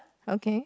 okay